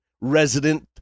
resident